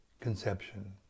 conception